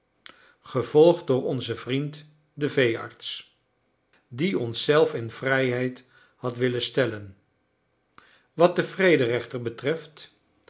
gevolgd door onzen vriend den veearts die ons zelf in vrijheid had willen stellen wat den vrederechter betreft